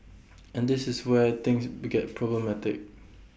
and this is where things to get problematic